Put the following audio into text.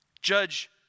Judge